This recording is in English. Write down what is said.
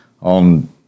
on